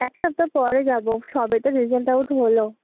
এক সপ্তাহ পরে যাব সবে তো রেজাল্ট আউট হলো